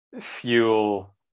fuel